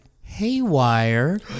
haywire